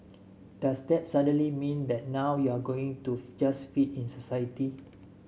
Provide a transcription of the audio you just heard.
does that suddenly mean that now you're going to just fit in society